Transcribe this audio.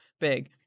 big